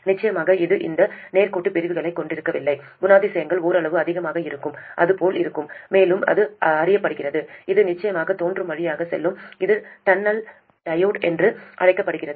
நிச்சயமாக இது இந்த நேர்கோட்டு பிரிவுகளைக் கொண்டிருக்கவில்லை குணாதிசயங்கள் ஓரளவு அதிகமாக இருக்கும் அது போல் இருக்கும் மேலும் இது அறியப்படுகிறது இது நிச்சயமாக தோற்றம் வழியாக செல்லும் இது டன்னல் டையோடு என்று அழைக்கப்படுகிறது